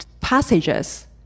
passages